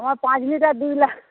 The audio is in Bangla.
আম পাঁচ লিটার দুধ লাগবে